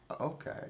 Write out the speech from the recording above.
Okay